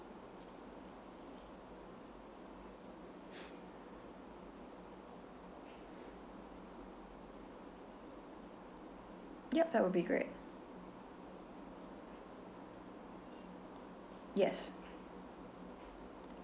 yup that would be great yes